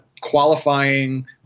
qualifying